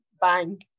bang